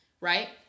right